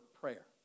prayer